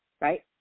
right